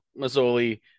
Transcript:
Mazzoli